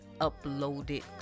uploaded